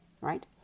right